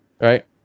right